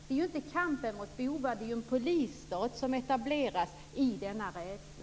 Det är inte kampen mot bovar det handlar om, utan att det etableras en polisstat genom denna rädsla.